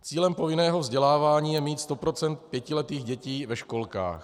Cílem povinného vzdělávání je mít 100 % pětiletých dětí ve školkách.